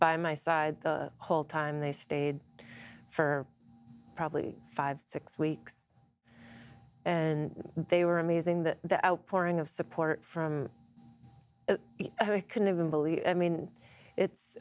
by my side the whole time they stayed for probably five six weeks and they were amazing that the outpouring of support from i can even believe i mean it's